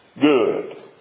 good